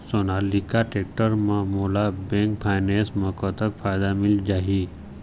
Sonalika tractor म मोला bank finance म कतक फायदा मिल जाही?